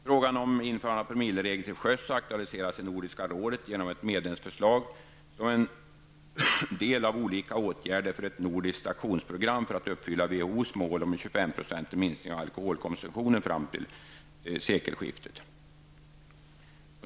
Frågan om införande av promilleregler till sjöss har aktualiserats i Nordiska rådet genom ett medlemsförslag som en del av olika åtgärder för ett nordiskt aktionsprogram för att uppfylla WHOs mål om en 25-procentig minskning av alkoholkonsumtionen fram till sekelskiftet.